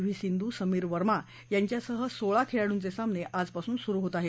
V Sindhu Sameer Verma यांच्यासह सोळा खेळाडूंचे सामने आजपासून सुरु होत आहेत